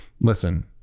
listen